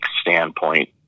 standpoint